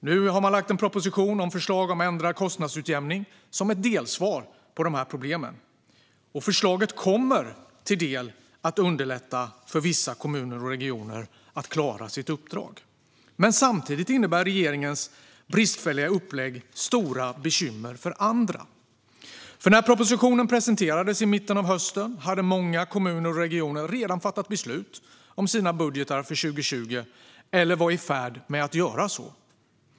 Nu har man lagt fram en proposition om ändrad kostnadsutjämning som ett delsvar på dessa problem. Förslaget kommer till del att underlätta för vissa kommuner och regioner att klara sitt uppdrag. Men samtidigt innebär regeringens bristfälliga upplägg stora bekymmer för andra. När propositionen presenterades i mitten av hösten hade många kommuner och regioner nämligen redan fattat beslut om sina budgetar för 2020 eller var i färd med att göra det.